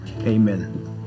Amen